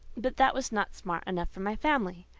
but that was not smart enough for my family.